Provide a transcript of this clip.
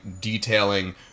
detailing